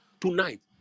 Tonight